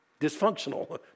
dysfunctional